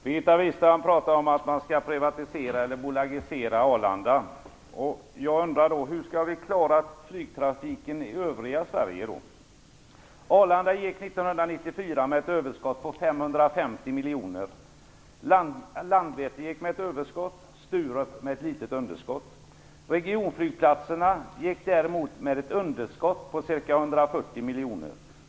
Herr talman! Birgitta Wistrand talar om att privatisera eller bolagisera Arlanda. Jag undrar hur vi skall klara flygtrafiken i övriga Sverige. Arlanda gick 1994 med ett överskott på 550 miljoner. Landvetter gick med ett överskott, Sturup med ett litet underskott. Regionflygplatserna gick däremot med ett underskott på ca 140 miljoner.